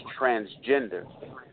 transgender